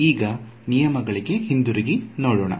ಈಗ ನಿಯಮಗಳಿಗೆ ಹಿಂತಿರುಗಿ ನೋಡೋಣ